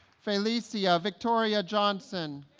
felicia victoria johnson